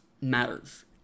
matters